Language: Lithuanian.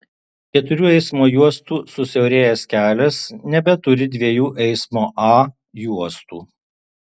keturių eismo juostų susiaurėjęs kelias nebeturi dviejų eismo a juostų